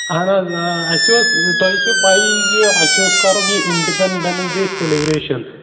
اہن حظ اَسہِ اوس تۄہہِ چھو پَیی زِ اَسہِ اوس کَرُن یہِ اِنٛڈِپٮ۪نٛڈٮ۪نٕس ڈے سیٚلِبرٛیشَن